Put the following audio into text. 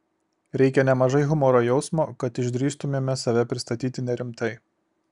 reikia nemažai humoro jausmo kad išdrįstumėme save pristatyti nerimtai